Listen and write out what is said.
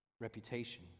reputation